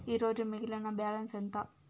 ఈరోజు మిగిలిన బ్యాలెన్స్ ఎంత?